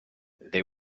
they